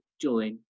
join